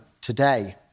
today